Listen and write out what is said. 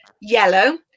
yellow